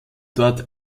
dort